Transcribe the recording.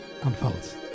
unfolds